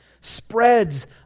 spreads